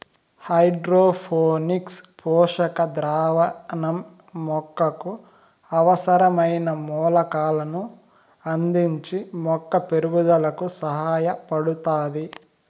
hydroponics పోషక ద్రావణం మొక్కకు అవసరమైన మూలకాలను అందించి మొక్క పెరుగుదలకు సహాయపడుతాది